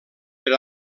per